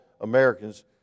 Americans